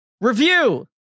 review